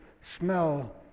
smell